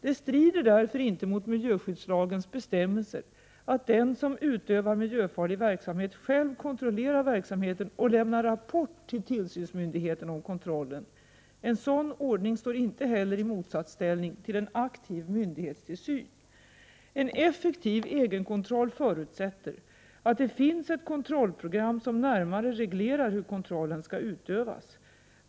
Det strider därför inte mot miljöskyddslagens bestämmelser att den som utövar miljöfarlig verksamhet själv kontrollerar verksamheten och lämnar rapport till tillsynsmyn digheterna om kontrollen. En sådan ordning står inte heller i motsatsställning till en aktiv myndighetstillsyn. En effektiv egenkontroll förutsätter att det finns ett kontrollprogram som närmare reglerar hur kontrollen skall utövas.